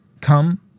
Come